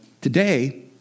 today